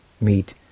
meet